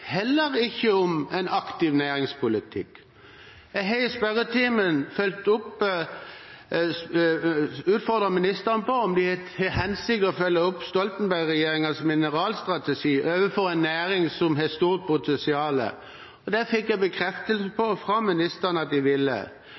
heller ikke om en aktiv næringspolitikk. Jeg har i spørretimen utfordret ministeren på om de har til hensikt å følge opp Stoltenberg-regjeringens mineralstrategi overfor en næring som har stort potensial. Det fikk jeg bekreftelse fra ministeren på at de ville.